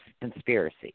conspiracy